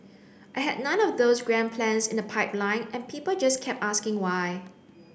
I had none of those grand plans in the pipeline and people just kept asking why